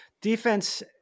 defense